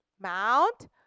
Mount